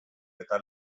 eta